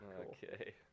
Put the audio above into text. Okay